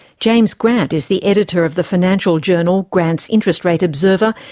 james grant is the editor of the financial journal, grant's interest rate observer,